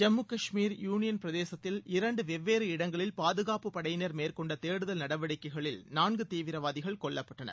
Jammu Kashmir union பிரதேசத்தில் இரண்டு வெவ்வேறு இடங்களில் பாதுகாப்பு படையினர் மேற்கொண்ட தேடுதல் நடவடிக்கைகளில் நான்கு தீவிரவாதிகள் கொல்லப்பட்டனர்